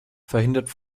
verhindert